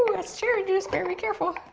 that's cherry juice, better be careful.